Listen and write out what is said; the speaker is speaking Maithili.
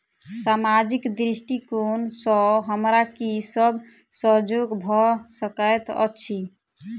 सामाजिक दृष्टिकोण सँ हमरा की सब सहयोग भऽ सकैत अछि?